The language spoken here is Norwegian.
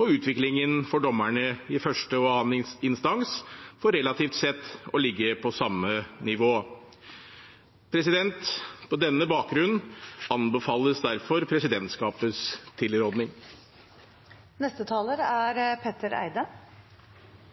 og utviklingen for dommerne i første og annen instans for relativt sett å ligge på samme nivå. På denne bakgrunn anbefales derfor presidentskapets tilråding. Dette er